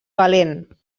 valent